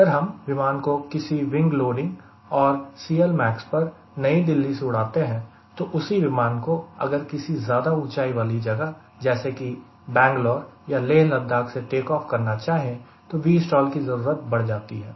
अगर हम विमान को किसी विंग लोडिंग और CLmax पर नई दिल्ली से उड़ाते हैं तो उसी विमान को अगर किसी ज्यादा ऊंचाई वाली जगह जैसे कि बैंगलोर या ले लद्दाख से टेक ऑफ करना चाहें तो Vstall की जरूरत बढ़ जाती है